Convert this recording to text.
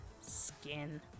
skin